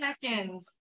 seconds